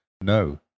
no